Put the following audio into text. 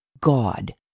God